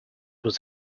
was